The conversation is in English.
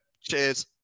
Cheers